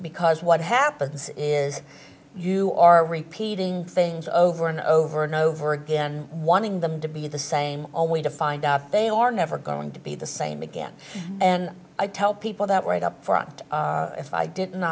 because what happens is you are repeating things over and over and over again wanting them to be the same only to find out they are never going to be the same again and i tell people that work upfront if i didn't